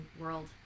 world